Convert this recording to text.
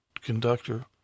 conductor